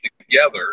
together